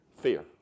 fear